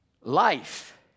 Life